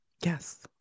Yes